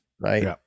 right